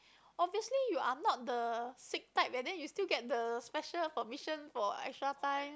obviously you are not the sick type and then you still get the special permission for extra time